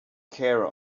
care